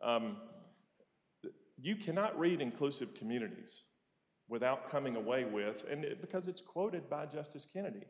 course you cannot read inclusive communities without coming away with it because it's quoted by justice kennedy